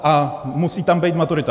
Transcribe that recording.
A musí tam být maturita.